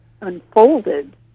unfolded